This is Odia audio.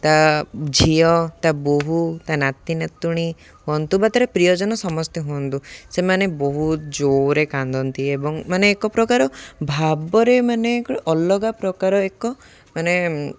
ତା' ଝିଅ ତା' ବୋହୁ ତା' ନାତି ନାତୁଣୀ ହୁଅନ୍ତୁ ବା ତା'ର ପ୍ରିୟଜନ ସମସ୍ତେ ହୁଅନ୍ତୁ ସେମାନେ ବହୁତ ଜୋରେ କାନ୍ଦନ୍ତି ଏବଂ ମାନେ ଏକ ପ୍ରକାର ଭାବରେ ମାନେ ଅଲଗା ପ୍ରକାର ଏକ ମାନେ